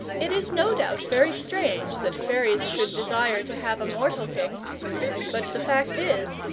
it is no doubt very strange that fairies should desire to have a mortal king but the fact is,